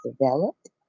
developed